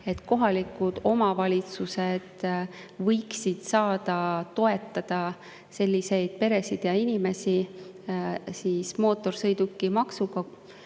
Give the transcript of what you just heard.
et kohalikud omavalitsused võiksid saada toetada peresid ja inimesi mootorsõidukimaksu